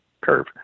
curve